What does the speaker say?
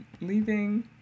leaving